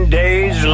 days